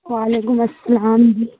وعلیکم السلام